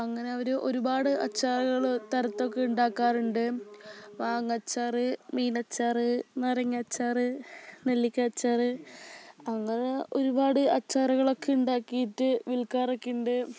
അങ്ങനെ അവര് ഒരുപാട് അച്ചാറുകള് തരത്തൊക്കെ ഉണ്ടാക്കാറുണ്ട് മാങ്ങച്ചാറ് മീനച്ചാറ് നാരങ്ങാച്ചാറ് നെല്ലിക്കാച്ചാറ് അങ്ങനെ ഒരുപാട് അച്ചാറുകളൊക്കെ ഉണ്ടാക്കിയിട്ട് വിൽക്കാറൊക്കെ ഉണ്ട്